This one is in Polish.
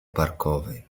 parkowej